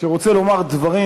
שרוצה לומר דברים,